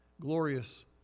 glorious